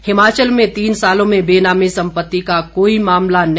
हिमाचल में तीन सालों में बेनामी संपत्ति का कोई मामला नहीं